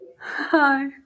Hi